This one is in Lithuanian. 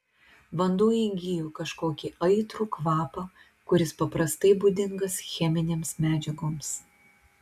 vanduo įgijo kažkokį aitrų kvapą kuris paprastai būdingas cheminėms medžiagoms